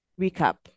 recap